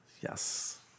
Yes